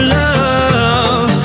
love